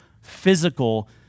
physical